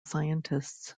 scientists